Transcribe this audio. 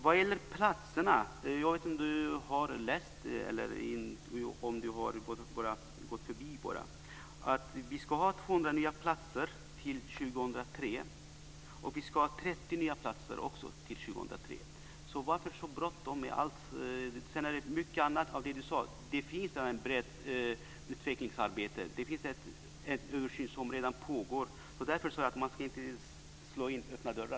Vad gäller platserna vet jag inte om Jeppe Johnsson har läst eller om han bara har förbigått att vi ska ha 200 plus 30 nya platser till 2003. Varför så bråttom med allt? Sedan sade Jeppe Johnsson mycket annat. Det finns ett brett utvecklingsarbete. Det pågår redan en översyn. Därför sade jag att man inte ska slå in öppna dörrar.